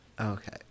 Okay